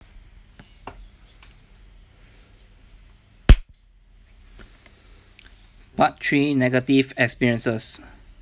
part three negative experiences